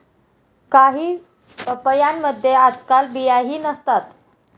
काही पपयांमध्ये आजकाल बियाही नसतात